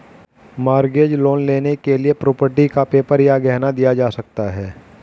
mortgage loan के लिए property का पेपर या गहना दिया जा सकता है